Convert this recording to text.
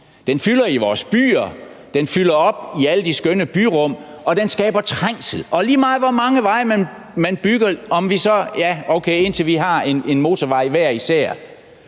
Den fylder i vores byer, den fylder op i alle de skønne byrum, og den skaber trængsel. Og lige meget, hvor mange veje man bygger, indtil vi hver især har en motorvej, så